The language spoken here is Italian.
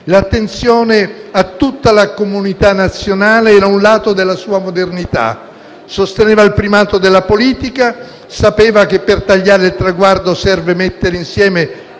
l'attenzione a tutta la comunità nazionale era un lato della sua modernità. Sosteneva il primato della politica, sapeva che per tagliare il traguardo serve mettere insieme